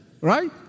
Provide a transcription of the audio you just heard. right